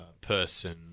person